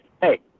hey